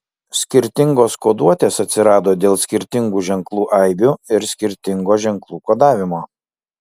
skirtingos koduotės atsirado dėl skirtingų ženklų aibių ir skirtingo ženklų kodavimo